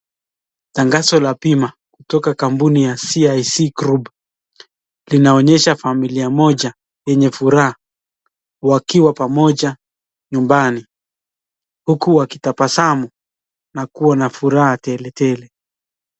Tangazo la bima kutoka kampuni ya (cs)CIC Group(cs) linaonyesha familia moja yenye furaha wakiwa pamoja nyumbani uku wakitabasamu na kuwa na furaha tele tele.